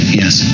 yes